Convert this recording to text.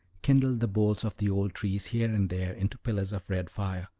kindled the boles of the old trees here and there into pillars of red fire,